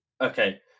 Okay